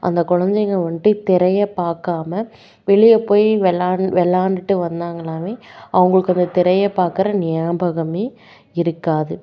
அந்த குலந்தைங்க வந்துட்டு திரையை பார்க்காம வெளியே போய் விளாண் விளாண்டுட்டு வந்தாங்கன்னாவே அவங்களுக்கு அந்த திரையை பார்க்கற நியாபகமே இருக்காது